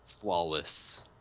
flawless